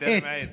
בטרם עת.